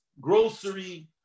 grocery